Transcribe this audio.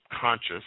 conscious